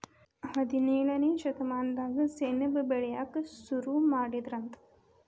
ಹದಿನೇಳನೇ ಶತಮಾನದಾಗ ಸೆಣಬ ಬೆಳಿಯಾಕ ಸುರು ಮಾಡಿದರಂತ